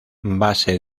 base